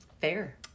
Fair